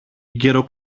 γερο